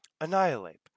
Annihilate